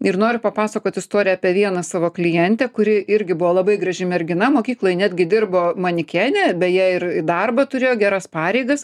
ir noriu papasakot istoriją apie vieną savo klientę kuri irgi buvo labai graži mergina mokykloj netgi dirbo manikene beje ir darbą turėjo geras pareigas